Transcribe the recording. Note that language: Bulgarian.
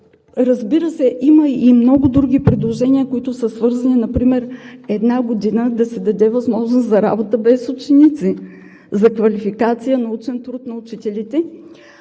Разбира се, има и много други предложения, които са свързани. Например една година да се даде възможност за работа без ученици – за квалификация, научен труд на учителите.